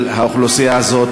האוכלוסייה הזאת.